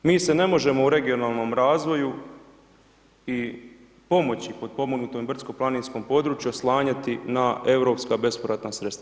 Mi se ne možemo u regionalnom razvoju i pomoći potpomognutom brdsko-planinskom području oslanjati na europska bespovratna sredstva.